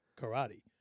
Karate